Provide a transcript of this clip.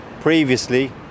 Previously